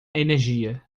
energia